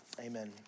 Amen